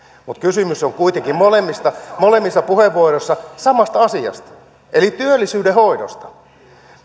mutta kysymys on kuitenkin molemmissa molemmissa puheenvuoroissa samasta asiasta eli työllisyyden hoidosta